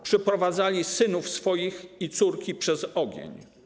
Przeprowadzali synów swoich i córki przez ogień.